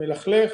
מלכלך,